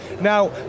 now